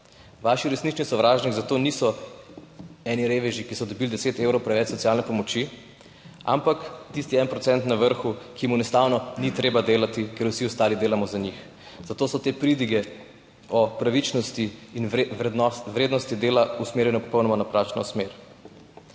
Vaši resnični sovražnik zato niso eni reveži, ki so dobili 10 evrov preveč socialne pomoči, ampak tisti 1 % na vrhu, ki jim enostavno ni treba delati, ker vsi ostali delamo za njih. Zato so te pridige o pravičnosti in vrednosti dela usmerjene v popolnoma napačno smer.